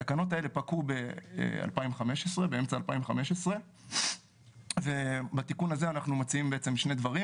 התקנות האלה פקעו באמצע 2015 ובתיקון הזה אנחנו מציעים שני דברים,